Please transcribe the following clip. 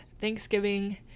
Thanksgiving